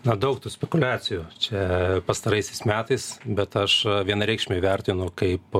na daug tų spekuliacijų čia pastaraisiais metais bet aš vienareikšmiai vertinu kaip